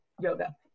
yoga